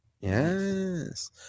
yes